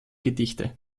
gedichte